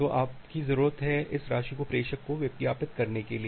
तो आप की जरूरत है इस राशि को प्रेषक को विज्ञापित करने के लिए